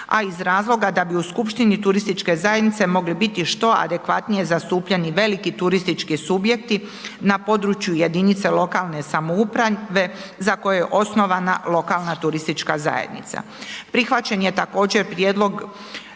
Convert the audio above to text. a iz razloga da bi u skupštini turističke zajednice mogli biti što adekvatnije zastupljeni veliki turistički subjekti na području jedinice lokalne samouprave za koje je osnovana lokalna turistička zajednica. Prihvaćen je također prijedlog